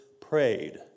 prayed